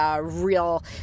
real